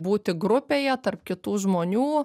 būti grupėje tarp kitų žmonių